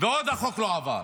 ועוד החוק לא עבר.